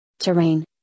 terrain